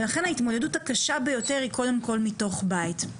ולכן ההתמודדות הקשה ביותר היא קודם כל מתוך בית.